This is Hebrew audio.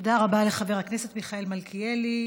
תודה רבה לחבר הכנסת מיכאל מלכיאלי.